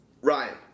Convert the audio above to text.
Ryan